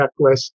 checklist